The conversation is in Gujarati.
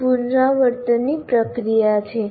આ પુનરાવર્તનની પ્રક્રિયા છે